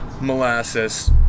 molasses